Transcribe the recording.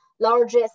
largest